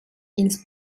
ins